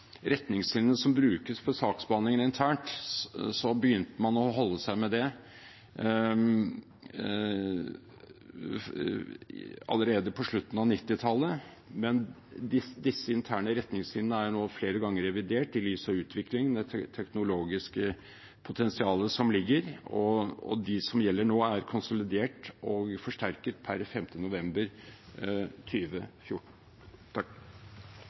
Retningslinjene som brukes for saksbehandlingen internt, begynte man å holde seg til allerede på slutten av 1990-tallet, men disse interne retningslinjene er nå revidert flere ganger i lys av utviklingen og det teknologiske potensialet som foreligger. De som gjelder nå, er konsolidert og forsterket per 5. november